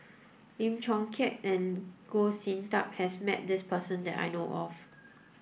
Lim Chong Keat and Goh Sin Tub has met this person that I know of